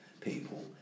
people